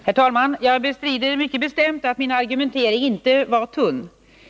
Herr talman! Jag bestrider mycket bestämt att min argumentering var tunn.